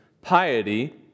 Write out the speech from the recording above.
piety